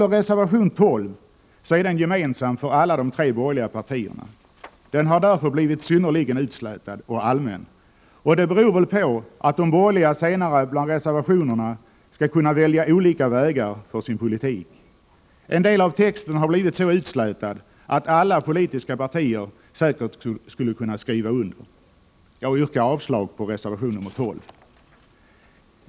Reservation 12 är gemensam för alla de tre borgerliga partierna. Den har därför blivit synnerligen utslätad och allmän, och det beror väl på att de borgerliga senare i reservationerna skall kunna välja olika vägar för sin politik. En del av texten har blivit så utslätad att alla politiska partier säkert skulle kunna skriva under. Jag yrkar avslag på reservation 12.